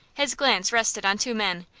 his glance rested on two men,